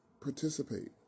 participate